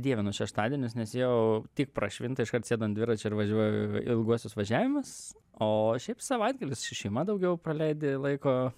dievinu šeštadienius nes jau tik prašvinta iškart sėdu ant dviračio ir važiuoju į ilguosius važiavimus o šiaip savaitgalį su šeima daugiau praleidi laiko